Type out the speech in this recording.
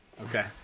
Okay